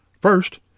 First